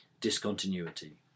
Discontinuity